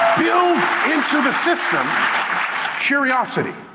build into the system curiosity.